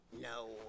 No